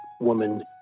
woman